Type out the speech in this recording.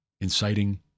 inciting